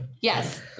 yes